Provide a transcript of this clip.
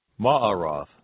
Ma'aroth